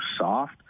soft